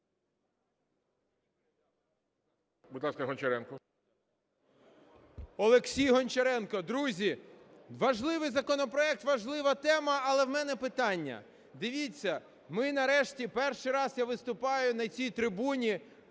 ГОНЧАРЕНКО О.О. Олексій Гончаренко. Друзі, важливий законопроект, важлива тема, але в мене питання. Дивіться, ми нарешті, в перший раз я виступаю на цій трибуні,